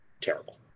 terrible